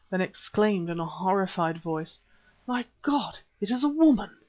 then exclaimed in a horrified voice my god! it is a woman!